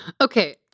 Okay